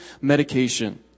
medication